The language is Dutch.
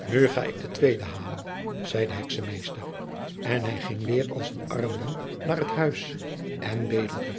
nu ga ik de tweede halen zei de heksenmeester en hij ging weêr als een arm man naar het huis en bedelde